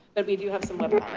and we do have some